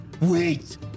Wait